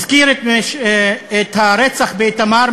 הזכיר את הרצח באיתמר,